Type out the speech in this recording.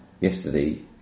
yesterday